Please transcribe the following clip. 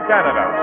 Canada